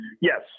Yes